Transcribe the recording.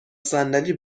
صندلی